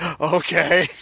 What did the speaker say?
Okay